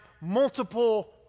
multiple